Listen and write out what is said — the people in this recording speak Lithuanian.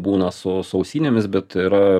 būna su su ausinėmis bet yra